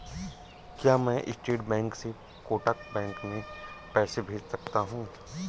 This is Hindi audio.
क्या मैं स्टेट बैंक से कोटक बैंक में पैसे भेज सकता हूँ?